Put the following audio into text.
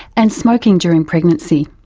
and smoking during pregnancy.